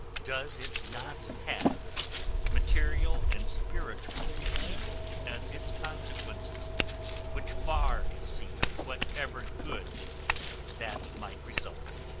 does it not have material and spiritual evil as its consequences which far exceed whatever good that might result?